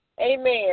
Amen